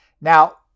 Now